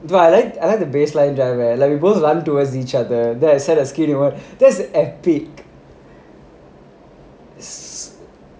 dude I like I like the baseline where like we both run towards each other then there's a skill or what that's epic